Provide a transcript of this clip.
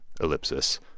Ellipsis